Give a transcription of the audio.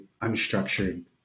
unstructured